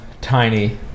Tiny